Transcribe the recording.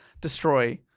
destroy